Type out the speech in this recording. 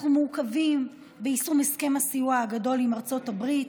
אנחנו מעוכבים ביישום הסכם הסיוע גדול עם ארצות הברית.